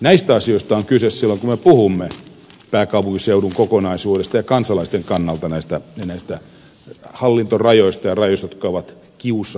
näistä asioista on kyse silloin kun me puhumme pääkaupunkiseudun kokonaisuudesta ja kansalaisten kannalta näistä hallintorajoista ja rajoista jotka ovat kiusaa ihmisille